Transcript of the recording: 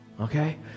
Okay